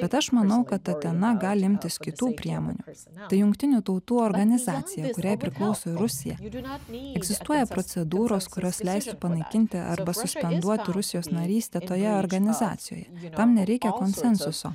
bet aš manau kad tatena gali imtis kitų priemonių tai jungtinių tautų organizacija kuriai priklauso ir rusija egzistuoja procedūros kurios leistų panaikinti arba suspenduoti rusijos narystę toje organizacijoje tam nereikia konsensuso